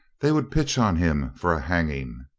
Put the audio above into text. they would pitch on him for a hanging.